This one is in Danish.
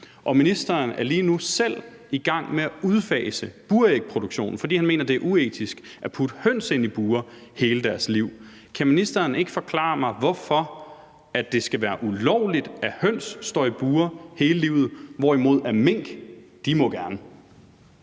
Ministeren er lige nu selv i gang med at udfase burægproduktionen, fordi han mener, det er uetisk at putte høns i bure hele deres liv. Kan ministeren ikke forklare mig, hvorfor det skal være ulovligt, at høns står i bure hele livet, hvorimod mink gerne